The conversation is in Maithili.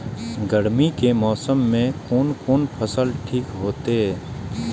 गर्मी के मौसम में कोन कोन फसल ठीक होते?